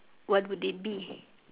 what would it be